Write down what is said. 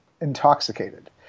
intoxicated